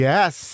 Yes